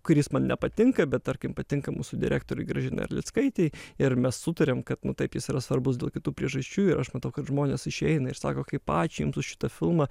kuris man nepatinka bet tarkim patinka mūsų direktorei gražinai arlickaitei ir mes sutariam kad taip jis yra svarbus dėl kitų priežasčių ir aš matau kad žmonės išeina ir sako kaip ačiū jums už šitą filmą